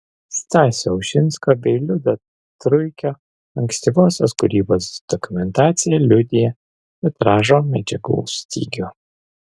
stasio ušinsko bei liudo truikio ankstyvosios kūrybos dokumentacija liudija vitražo medžiagų stygių